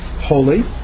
holy